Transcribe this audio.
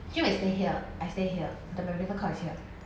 jun wei stay here I stay here the badminton court is here